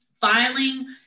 Filing